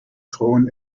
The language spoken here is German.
thron